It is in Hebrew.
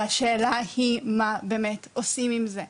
והשאלה היא מה באמת עושים עם זה.